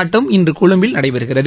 ஆட்டம் இன்று கொழும்பில் நடைபெறுகிறது